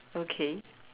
okay